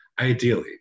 ideally